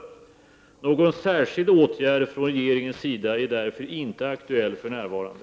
Någon särskild åtgärd från regeringens sida är därför inte aktuell för närvarande.